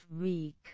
week